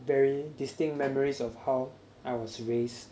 very distinct memories of how I was raised